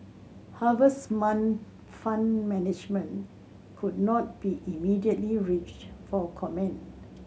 harvest mind Fund Management could not be immediately reached for comment